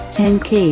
10k